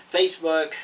Facebook